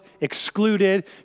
excluded